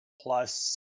plus